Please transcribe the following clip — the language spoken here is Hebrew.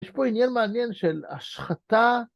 יש פה עניין מעניין של השחתה.